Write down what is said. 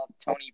Tony